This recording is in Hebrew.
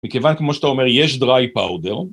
מכיוון, כמו שאתה אומר, יש dry powder